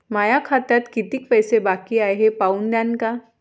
माया खात्यात कितीक पैसे बाकी हाय हे पाहून द्यान का?